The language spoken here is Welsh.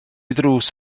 ddrws